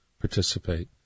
participate